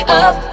up